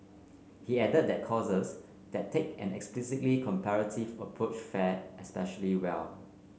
he added that courses that take an explicitly comparative approach fare especially well